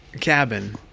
cabin